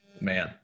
man